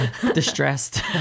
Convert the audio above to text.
Distressed